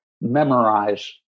memorize